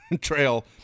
trail